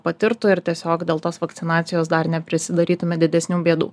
patirtų ir tiesiog dėl tos vakcinacijos dar neprisidarytume didesnių bėdų